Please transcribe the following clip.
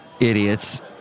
Idiots